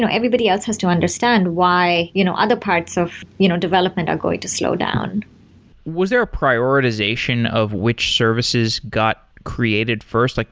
everybody else has to understand why you know other parts of you know development are going to slow down was there a prioritization of which services got created first? like